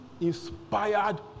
inspired